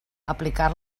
aplicar